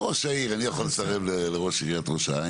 ראש העיר, אני יכול לסרב לראש עיריית ראש העין?